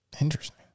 Interesting